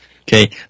Okay